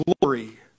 glory